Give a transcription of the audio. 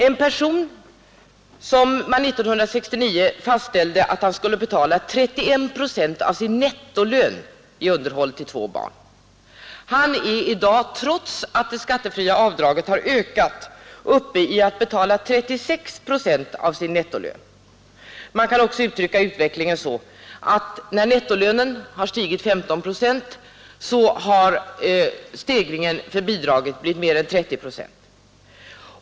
En person för vilken det 1969 fastställdes att han skulle betala 31 procent av sin nettolön i underhåll till två barn är i dag, trots att det skattefria avdraget har ökat, uppe i att betala 36 procent av sin nettolön. Man kan också uttrycka utvecklingen så, att när nettolönen stigit 15 procent har stegringen för bidraget blivit mer än 30 procent.